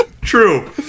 True